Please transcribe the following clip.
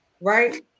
Right